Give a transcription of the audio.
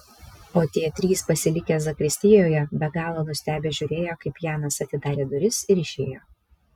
o tie trys pasilikę zakristijoje be galo nustebę žiūrėjo kaip janas atidarė duris ir išėjo